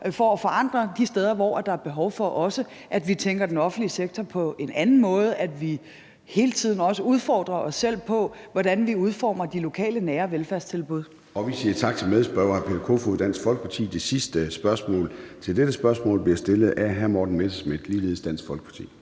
for at forandre de steder, hvor der også er behov for, at vi tænker den offentlige sektor på en anden måde og hele tiden også udfordrer os selv på, hvordan vi udformer de lokale, nære velfærdstilbud. Kl. 13:51 Formanden (Søren Gade): Vi siger tak til medspørger hr. Peter Kofod, Dansk Folkeparti. Det sidste spørgsmål til dette spørgsmål bliver stillet af hr. Morten Messerschmidt, ligeledes Dansk Folkeparti.